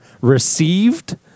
received